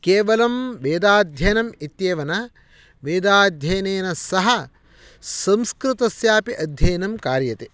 केवलं वेदाध्ययनम् इत्येव न वेदाध्ययनेन सह संस्कृतस्यापि अध्ययनं कार्यते